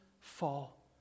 fall